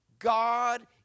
God